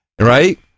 Right